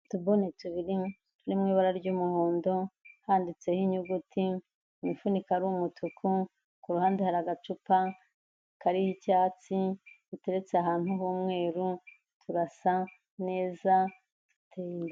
Utubuni tubiri turi mu ibara ry'umuhondo handitseho inyuguti, imifunika ari umutuku, ku ruhande hari agacupa kariho icyatsi uteretse ahantu h'umweru turasa neza .